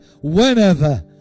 whenever